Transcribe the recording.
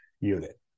unit